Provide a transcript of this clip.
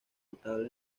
potable